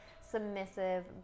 submissive